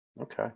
Okay